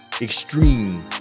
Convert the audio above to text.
extreme